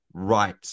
right